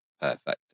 Perfect